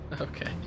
Okay